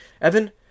Evan